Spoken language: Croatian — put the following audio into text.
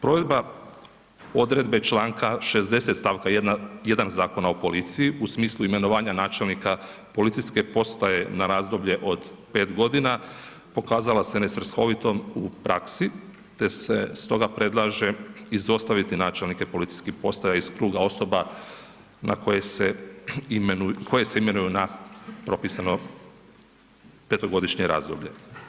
Provedba odredbe Članka 60. stavka 1. Zakona o policiji u smislu imenovanja načelnika policijske postaje na razdoblje od 5 godina pokaza se nesvrhovitom u praksi te se stoga predlaže izostaviti načelnike policijskih postaja iz kruga osoba na koje, koje se imenuju na propisano petogodišnje razdoblje.